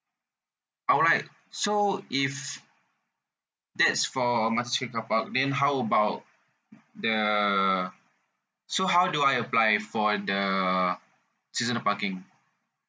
alright so if that's for a multistorey car park then how about the so how do I apply for the seasonal parking